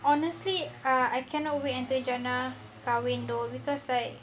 honestly I cannot wait until jannah kahwin though because like